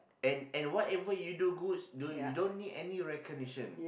and and whatever you do goods don't you don't need any recognition